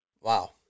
Wow